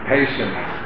Patience